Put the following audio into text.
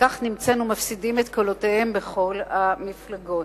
וכך נמצאנו מפסידים את קולותיהם, בכל המפלגות.